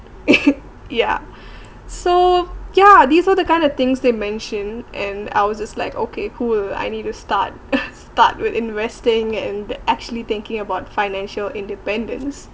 ya so ya these all the kind of things they mention and I was just like okay cool I need to start start with investing and actually thinking about financial independence